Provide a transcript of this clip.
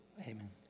Amen